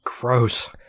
Gross